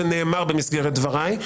זה נאמר במסגרת דבריי,